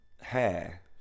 hair